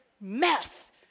mess